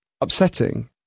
upsetting